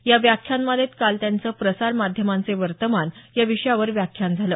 या व्याख्यानमालेत काल त्यांचं प्रसार माध्यमांचे वर्तमान या विषयावर व्याख्यान झालं